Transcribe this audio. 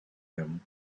him